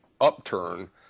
upturn